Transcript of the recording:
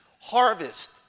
Harvest